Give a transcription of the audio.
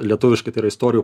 lietuviškai tai yra istorijų